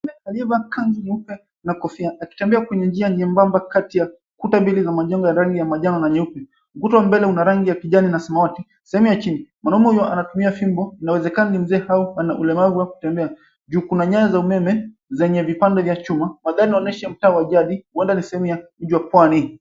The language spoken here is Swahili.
Aliyevaa kanzu nyeupe na kofia. Akitembea kwenye njia nyembamba kati ya ukuta mbili za majengo ya rangi ya majani na nyeupe. Ukuta wa mbele una rangi ya kijani na samawati, sehemu ya chini. Mwanaume huyo anatumia fimbo, inawezekana ni mzee au ana ulemavu wa kutembea. Juu kuna nyaya za umeme zenye vipande vya chuma. Magari yanaonyesha mtaa wa jadi, huenda ni sehemu ya mji wa pwani.